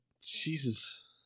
Jesus